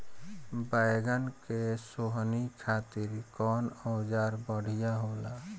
बैगन के सोहनी खातिर कौन औजार बढ़िया होला?